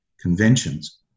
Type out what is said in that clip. conventions